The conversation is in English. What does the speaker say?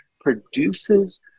produces